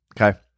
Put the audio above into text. Okay